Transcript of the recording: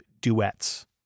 duets